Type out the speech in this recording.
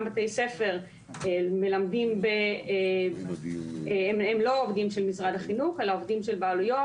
בתי ספר הם לא עובדים של משרד החינוך אלא עוברים של בעלויות.